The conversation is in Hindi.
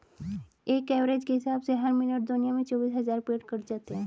एक एवरेज के हिसाब से हर मिनट दुनिया में चौबीस हज़ार पेड़ कट जाते हैं